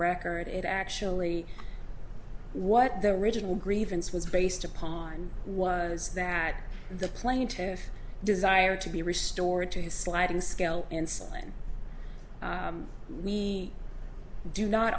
record it actually what the original grievance was based upon was that the plaintiff desire to be restored to his sliding scale insulin we do not